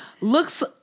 Looks